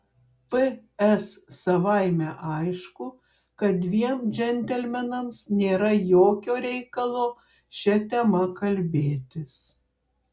ps savaime aišku kad dviem džentelmenams nėra jokio reikalo šia tema kalbėtis